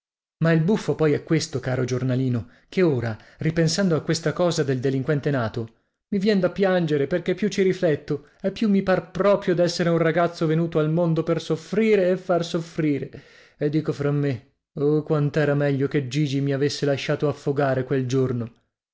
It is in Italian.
ma il buffo poi è questo caro giornalino che ora ripensando a questa cosa del delinquente nato mi vien da piangere perché più ci rifletto e più mi par proprio d'essere un ragazzo venuto al mondo per soffrire e far soffrire e dico fra me oh quant'era meglio che gigi mi avesse lasciato affogare quel giorno